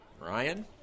Ryan